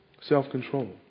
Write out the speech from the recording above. self-control